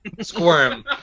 Squirm